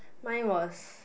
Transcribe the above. mine was